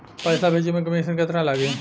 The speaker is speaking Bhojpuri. पैसा भेजे में कमिशन केतना लागि?